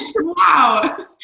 Wow